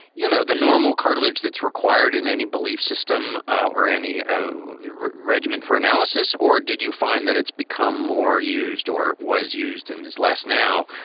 you know, the normal cartilage that's required in any belief system ah or any ah regimen for analysis? or did you find that it's become more used or was used in this last? now,